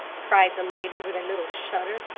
cried the lady, with a little shudder,